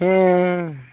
ᱦᱮᱸ